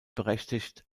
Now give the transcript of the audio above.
berechtigt